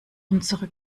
unsere